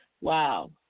Wow